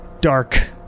dark